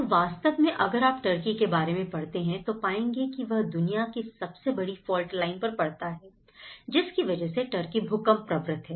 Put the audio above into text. तो वास्तव में अगर आप टर्की के बारे में पढ़ते हैं तो पाएंगे कि वह दुनिया की सबसे बड़ी फॉल्टलाइन पर पड़ता है जिसकी वजह से टर्की भूकंप प्रवृत्त है